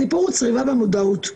הסיפור הוא צריבה במודעות.